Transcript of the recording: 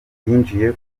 yinjiye